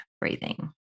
breathing